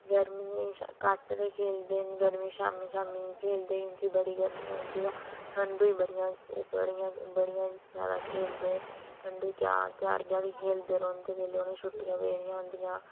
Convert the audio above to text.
गर्मियें च घट्ट गै खेलदे गर्मियें च शामी शामी खेलदे ना क्योकि बड़ी गर्मी होंदी ऐ ठंडें च बडियां खेलदे ना बडियां ज्यादा खेलदे ठंडें च ज्यादा खेलदे रौंहदे जेहले उनेंगी छुट्टियां पेदियां होंदियां